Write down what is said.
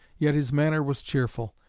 yet his manner was cheerful,